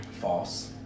False